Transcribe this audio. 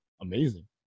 Amazing